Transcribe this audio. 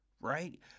right